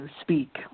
speak